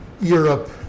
Europe